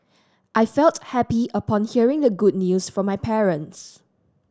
I felt happy upon hearing the good news from my parents